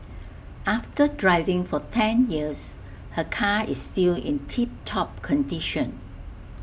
after driving for ten years her car is still in tip top condition